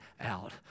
out